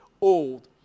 old